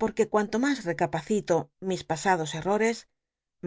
porque cuanto mas recapacito mis pasados errores